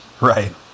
Right